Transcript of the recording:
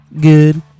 Good